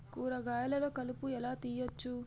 కూరగాయలలో కలుపు ఎలా తీయచ్చు?